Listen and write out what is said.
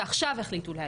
ועכשיו החליטו להגיע,